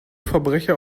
verbrecher